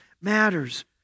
matters